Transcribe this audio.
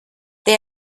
they